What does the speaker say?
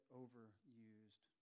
overused